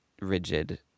rigid